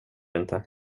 inte